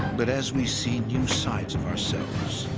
but as we see new sides of ourselves